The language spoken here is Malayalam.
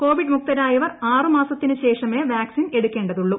കോവിഡ് മുക്തരായവർ ആറ് മാസത്തിന് ശേഷമേ വാക്സിൻ എടുക്കേണ്ടതുള്ളൂ